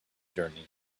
journey